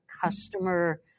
customer